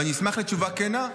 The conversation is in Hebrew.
ואני אשמח לתשובה כנה,